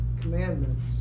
commandments